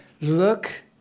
look